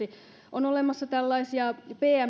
on olemassa tällaisia pm